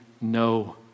no